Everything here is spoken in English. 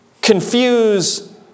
confuse